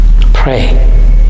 Pray